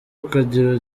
ukagira